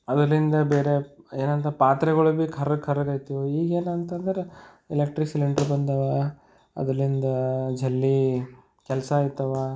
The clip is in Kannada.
ಅದರಿಂದ ಬೇರೆ ಏನಂತ ಪಾತ್ರೆಗಳು ಭೀ ಕರ್ರಗೆ ಕರ್ರಗೆ ಆಗ್ತಿದ್ವು ಈಗೆಲ್ಲ ಅಂತಂದ್ರೆ ಎಲೆಕ್ಟ್ರಿಕ್ ಸಿಲಿಂಡರ್ ಬಂದಾವ ಅದರಿಂದ ಜಲ್ದಿ ಕೆಲಸ ಆಗ್ತವ